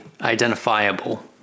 identifiable